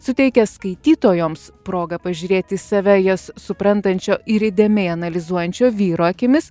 suteikia skaitytojoms progą pažiūrėt į save jas suprantančio ir įdėmiai analizuojančio vyro akimis